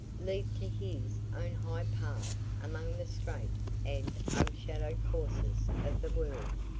leave to his own high path among the straight and unshadowed courses of the world.